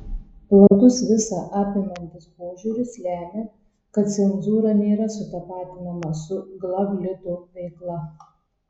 platus visa apimantis požiūris lemia kad cenzūra nėra sutapatinama su glavlito veikla